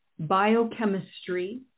biochemistry